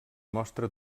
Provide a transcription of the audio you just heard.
mostra